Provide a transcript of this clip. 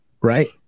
right